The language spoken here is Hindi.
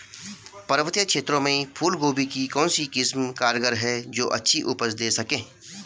पर्वतीय क्षेत्रों में फूल गोभी की कौन सी किस्म कारगर है जो अच्छी उपज दें सके?